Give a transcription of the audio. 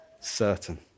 certain